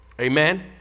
amen